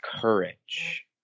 courage